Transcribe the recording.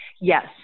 Yes